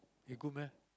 he good meh